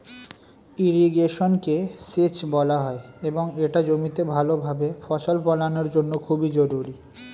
ইরিগেশনকে সেচ বলা হয় এবং এটা জমিতে ভালোভাবে ফসল ফলানোর জন্য খুবই জরুরি